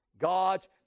God's